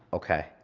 okay.